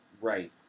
Right